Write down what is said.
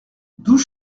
douze